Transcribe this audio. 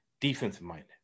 defensive-minded